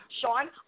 Sean